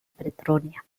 pretoria